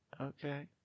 Okay